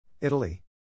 Italy